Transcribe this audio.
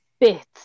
bits